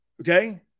Okay